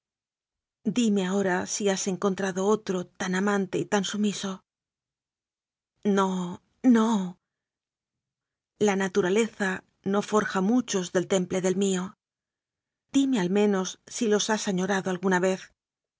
dime ahora si has encontrado otro tan amante y tan sumiso no no la naturaleza no forja muchos del temple del mío dime al me nos si los has añorado alguna vez